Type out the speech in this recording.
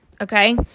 Okay